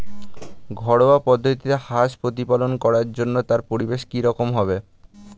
ঘরোয়া পদ্ধতিতে হাঁস প্রতিপালন করার জন্য তার পরিবেশ কী রকম হবে?